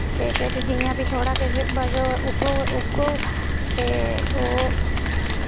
ते किश जि'यां फ्ही थोह्ड़ा किश बचग उग्गग उग्गग ते ओह्